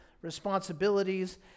responsibilities